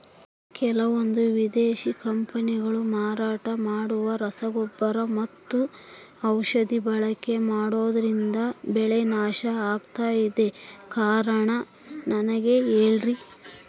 ಕೆಲವಂದು ವಿದೇಶಿ ಕಂಪನಿಗಳು ಮಾರಾಟ ಮಾಡುವ ರಸಗೊಬ್ಬರ ಮತ್ತು ಔಷಧಿ ಬಳಕೆ ಮಾಡೋದ್ರಿಂದ ಬೆಳೆ ನಾಶ ಆಗ್ತಾಇದೆ? ಕಾರಣ ನನಗೆ ಹೇಳ್ರಿ?